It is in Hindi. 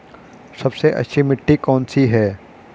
सबसे अच्छी मिट्टी कौन सी है?